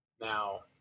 now